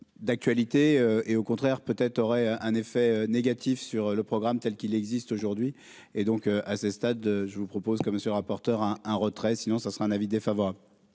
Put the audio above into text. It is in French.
d'actualité, et au contraire peut-être aurait un effet négatif sur le programme, telle qu'il existe aujourd'hui, et donc à ce stade, je vous propose, comme monsieur rapporteur un un retrait sinon ça sera un avis défavorable.